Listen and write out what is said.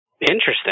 Interesting